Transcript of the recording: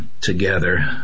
together